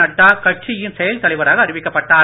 நட்டா கட்சியின் செயல் தலைவராக அறிவிக்கப்பட்டார்